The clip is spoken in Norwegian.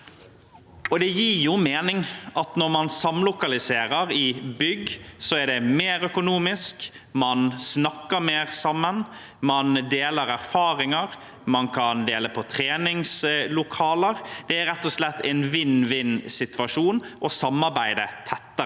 Det gir mening at når man samlokaliserer i bygg, er det mer økonomisk, man snakker mer sammen, man deler erfaringer, og man kan dele på treningslokaler. Det er rett og slett en vinn-vinnsituasjon å samarbeide tettere.